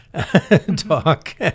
talk